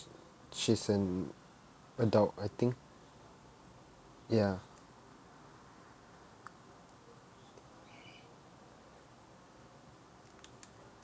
she's an adult I think ya